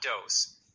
dose